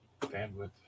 bandwidth